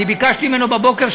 ביקשתי ממנו בבוקר,